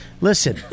listen